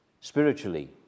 spiritually